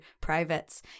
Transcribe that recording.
privates